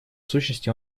сущности